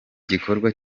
gikorwa